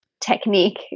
technique